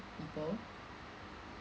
people